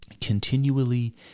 continually